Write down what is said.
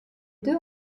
deux